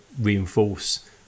reinforce